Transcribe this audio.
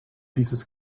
dieses